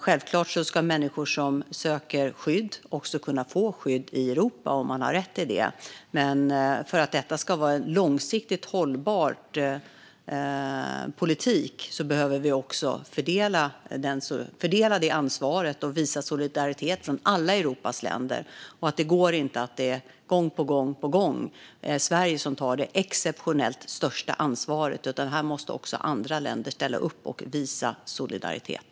Givetvis ska människor som söker skydd också kunna få skydd i Europa om de har rätt till det, men för att det ska vara en långsiktigt hållbar politik behöver vi fördela ansvaret och visa solidaritet i alla Europas länder. Det går inte att Sverige gång på gång tar det exceptionellt största ansvaret, utan andra länder måste också ställa upp och visa solidaritet.